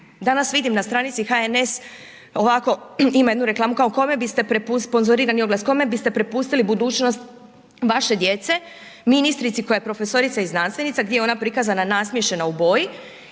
Danas vidim na stranici HNS ovako, ima jednu reklamu kao kome biste, sponzorirani oglas, kome biste prepustili budućnost vaše djece, ministrici koja je profesorica i znanstvenica gdje je ona prikazana nasmiješena u boji,